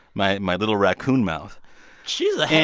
my my little raccoon mouth she's a hater.